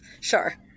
sure